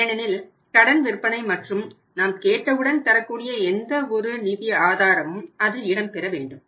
ஏனெனில் கடன் விற்பனை மற்றும் நாம் கேட்டவுடன் தரக்கூடிய எந்த ஒரு நிதி ஆதாரமும் அதில் இடம்பெற வேண்டும்